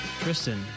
Tristan